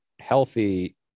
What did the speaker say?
healthy